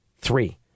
Three